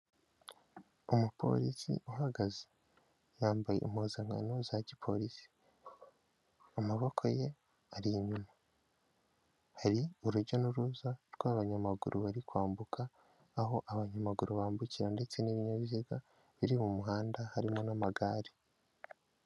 Umupolisi uhagaze yambaye impuzankano za gipolisi, amaboko ye ari inyuma hari urujya n'uruza rw'abanyamaguru bari kwambuka aho abanyamaguru bambukira ndetse n'ibinyabiziga biri mu muhanda harimo n'amagare.